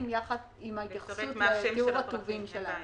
יחד עם התייחסות לתיאור הטובין שלהם.